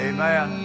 Amen